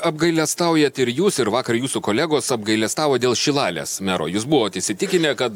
apgailestaujat ir jūs ir vakar jūsų kolegos apgailestavo dėl šilalės mero jūs buvot įsitikinę kad